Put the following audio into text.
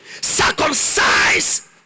circumcise